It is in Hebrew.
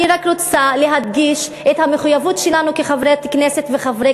אני רק רוצה להדגיש את המחויבות שלנו כחברות כנסת וחברי